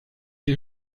sie